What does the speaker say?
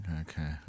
okay